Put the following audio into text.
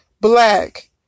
black